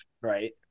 right